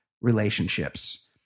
relationships